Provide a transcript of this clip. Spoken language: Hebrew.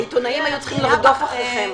העיתונאים היו צריכים לרדוף אחריכם.